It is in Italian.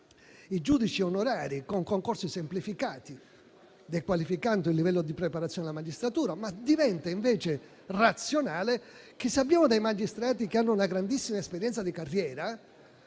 i giudici onorari con concorsi semplificati, dequalificando il livello di preparazione della magistratura. Diventa invece razionale che, se abbiamo dei magistrati che hanno una grandissima esperienza di carriera,